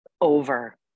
over